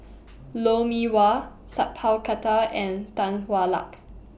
Lou Mee Wah Sat Pal Khattar and Tan Hwa Luck